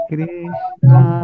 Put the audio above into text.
Krishna